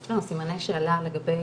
כשיש לנו סימני שאלה לגבי